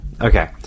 okay